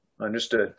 Understood